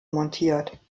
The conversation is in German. montiert